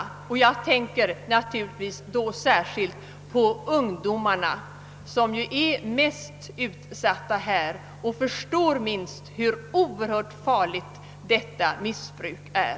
Jag tänker då särskilt på ungdomarna, som ju är mest utsatta och minst förstår hur allvarligt detta missbruk är.